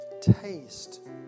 taste